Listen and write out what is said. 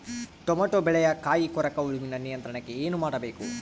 Tomato ಬೆಳೆಯ ಕಾಯಿ ಕೊರಕ ಹುಳುವಿನ ನಿಯಂತ್ರಣಕ್ಕೆ ಏನು ಮಾಡಬೇಕು?